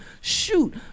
Shoot